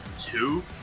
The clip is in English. two